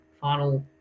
final